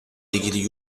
ilgili